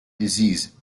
disease